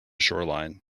shoreline